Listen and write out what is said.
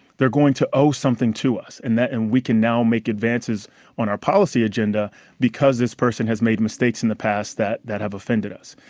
they're going to owe something to us. and that, and we can now make advances on our policy agenda because this person has made mistakes in the past that that have offended us.